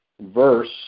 verse